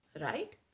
right